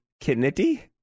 Kennedy